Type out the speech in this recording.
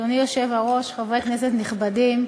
אדוני היושב-ראש, חברי כנסת נכבדים,